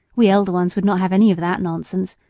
we elder ones would not have any of that nonsense,